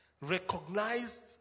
recognized